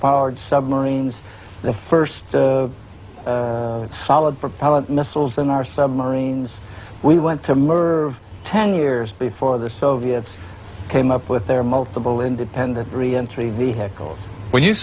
powered submarines the first solid propellant missiles in our submarines we went to merv ten years before the soviets came up with their multiple independent reentry vehicles when you